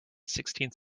sixteenth